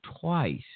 twice